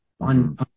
on